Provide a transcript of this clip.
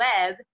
Web